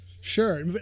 Sure